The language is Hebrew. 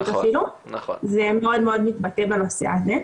זה מאוד מאוד מתבטא בנושא הזה.